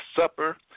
Supper